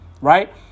right